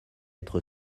être